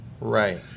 Right